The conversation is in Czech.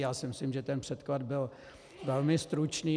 Já si myslím, že ten předklad byl velmi stručný.